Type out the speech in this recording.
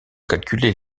calculer